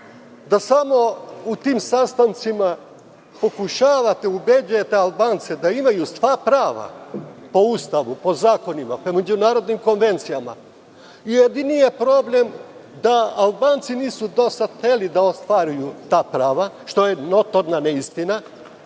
da samo na tim sastancima pokušavate da ubedite Albance da imaju sva prava po Ustavu, po zakonima, po međunarodnim konvencijama, jedini je problem da Albanci nisu do sada hteli da ostvare ta prava, što je notorna neistina,